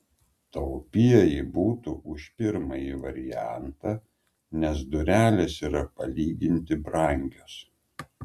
taupieji būtų už pirmąjį variantą nes durelės yra palyginti brangios